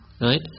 right